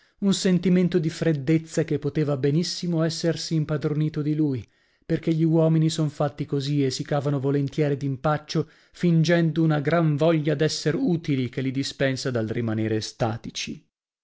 un sentimento di freddezza che poteva benissimo essersi impadronito di lui perchè gli uomini son fatti così e si cavano volentieri d'impaccio fingendo una gran voglia d'esser utili che li dispensa dal rimanere estatici